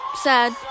Sad